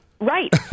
Right